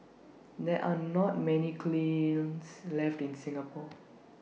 there are not many kilns left in Singapore